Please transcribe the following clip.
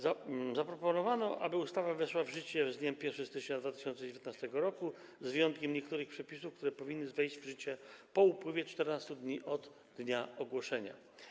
Zaproponowano, aby ustawa weszła w życie z dniem 1 stycznia 2019 r., z wyjątkiem niektórych przepisów, które powinny wejść w życie po upływie 14 dni od dnia ogłoszenia.